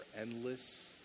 endless